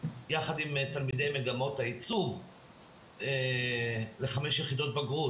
יחד עם תלמידי מגמות העיצוב לחמש יחידות בגרות.